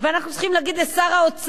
אנחנו צריכים להגיד לשר האוצר,